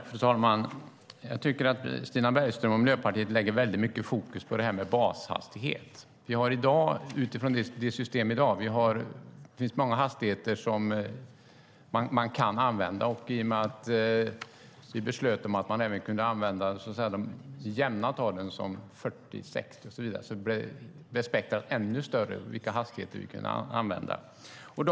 Fru talman! Stina Bergström och Miljöpartiet lägger väldigt mycket fokus på detta med bashastighet. I dagens system finns det många hastigheter som man kan använda, och i och med att vi beslöt att man också kunde använda jämna tal som 40, 60 och så vidare blev spektrumet av användbara hastighetsgränser ännu större.